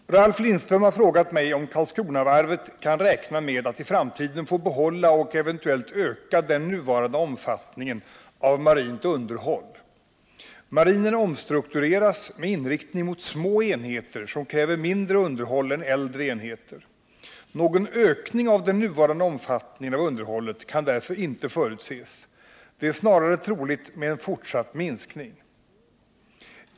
Herr talman! Ralf Lindström har frågat mig om Karlskronavarvet kan räkna med att i framtiden få behålla och eventuellt öka den nuvarande omfattningen av marint underhåll. Marinen omstruktureras med inriktning mot små enheter som kräver mindre underhåll än äldre enheter. Någon ökning av den nuvarande omfattningen av underhållet kan därför inte förutses. Det är snarare troligt med en fortsatt minskning.